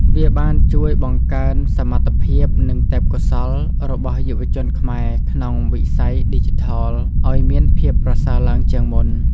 វាបានជួយបង្កើនសមត្ថភាព និងទេពកោសល្យរបស់យុវជនខ្មែរក្នុងវិស័យឌីជីថលឲ្យមានភាពប្រសើរឡើងជាងមុន។